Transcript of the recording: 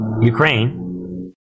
Ukraine